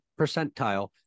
percentile